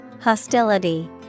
Hostility